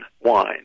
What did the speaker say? wine